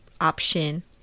option